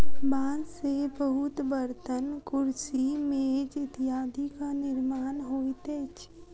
बांस से बहुत बर्तन, कुर्सी, मेज इत्यादिक निर्माण होइत अछि